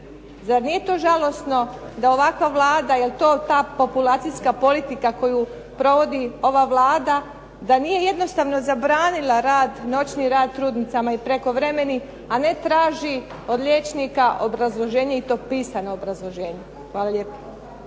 Zar nije to žalosno da ovakva Vlada, je li to ta populacijska politika koju provodi ova Vlada da nije jednostavno zabranila noćni rad trudnicama i prekovremeni a ne traži od liječnika obrazloženje i to pisano obrazloženje. Hvala lijepa.